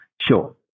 Sure